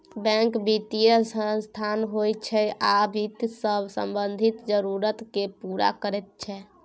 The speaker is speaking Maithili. बैंक बित्तीय संस्थान होइ छै आ बित्त सँ संबंधित जरुरत केँ पुरा करैत छै